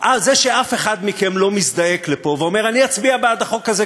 זה שאף אחד מכם לא מזדעק לפה ואומר: אני אצביע בעד החוק הזה,